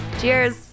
Cheers